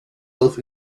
earth